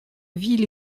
ville